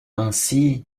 ainsi